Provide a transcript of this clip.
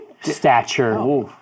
stature